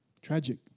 Tragic